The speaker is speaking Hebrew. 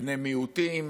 בני מיעוטים,